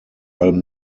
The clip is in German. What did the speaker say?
allem